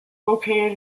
located